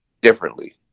differently